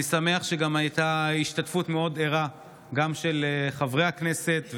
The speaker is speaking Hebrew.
אני שמח שהייתה השתתפות מאוד ערה של חברי הכנסת,